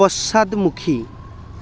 পশ্চাদমুখী